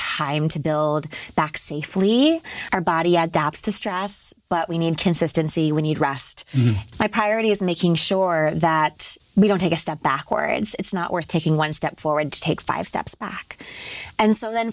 time to build back safely and our body adapts to stress but we need consistency we need rest my priority is making sure that we don't take a step backwards it's not worth taking one step forward to take five steps back and so then